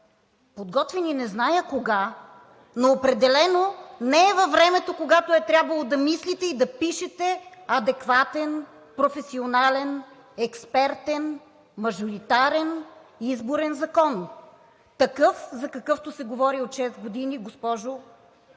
подготвени не зная кога, но определено не е във времето, когато е трябвало да мислите и да пишете адекватен професионален, експертен, мажоритарен изборен закон. Такъв, за какъвто се говори от шест години, госпожо